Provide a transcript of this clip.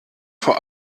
vor